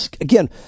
Again